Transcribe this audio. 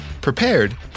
prepared